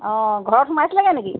অঁ ঘৰত সোমাইছিলেগৈ নেকি